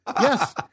Yes